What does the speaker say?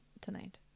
tonight